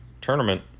Tournament